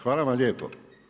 Hvala vam lijepo.